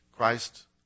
Christ